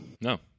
No